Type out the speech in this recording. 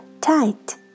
tight